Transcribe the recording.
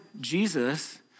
Jesus